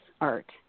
art